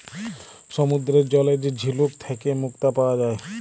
সমুদ্দুরের জলে যে ঝিলুক থ্যাইকে মুক্তা পাউয়া যায়